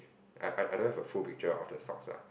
I I I don't have a full picture of the stocks lah